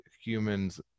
humans